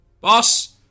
boss